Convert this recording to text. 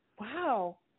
wow